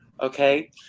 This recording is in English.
okay